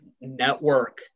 network